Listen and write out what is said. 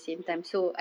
mm